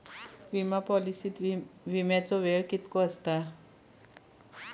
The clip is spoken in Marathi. विमा पॉलिसीत विमाचो वेळ कीतको आसता?